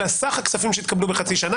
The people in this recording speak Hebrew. אלא על סך הכספים שהתקבלו בחצי שנה.